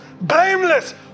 Blameless